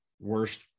worst